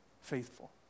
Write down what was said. faithful